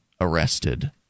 arrested